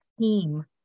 team